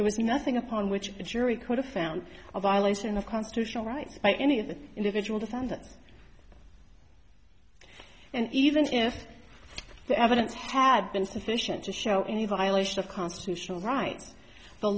was nothing upon which the jury could have found a violation of constitutional rights by any of the individual towns and even if the evidence had been sufficient to show any violation of constitutional rights the